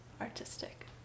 artistic